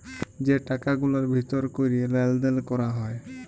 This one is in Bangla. যে টাকা গুলার ভিতর ক্যরে লেলদেল ক্যরা হ্যয়